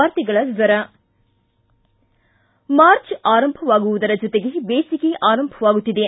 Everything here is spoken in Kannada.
ವಾರ್ತೆಗಳ ವಿವರ ಮಾರ್ಚ್ ಆರಂಭವಾಗುವುದರ ಜೊತೆಗೆ ಬೇಸಿಗೆ ಆರಂಭವಾಗುತ್ತಿದೆ